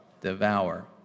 Devour